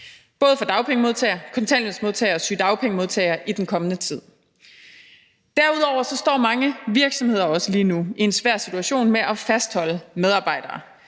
både for dagpengemodtagere, kontanthjælpsmodtagere og sygedagpengemodtagere i den kommende tid. Derudover står mange virksomheder også lige nu i en svær situation med at fastholde medarbejdere,